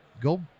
go